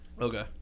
Okay